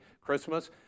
Christmas